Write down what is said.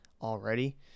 already